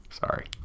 sorry